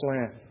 land